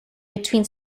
between